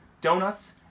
donuts